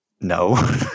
no